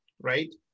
right